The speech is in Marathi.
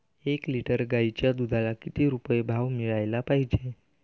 एक लिटर गाईच्या दुधाला किती रुपये भाव मिळायले पाहिजे?